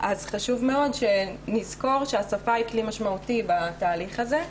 חשוב מאוד שנזכור שהשפה היא כלי משמעותי בתהליך הזה,